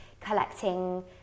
collecting